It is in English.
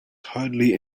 hardly